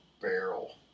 barrel